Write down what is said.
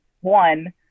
one